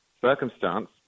circumstance